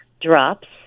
drops